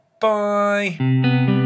Bye